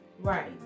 right